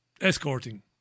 escorting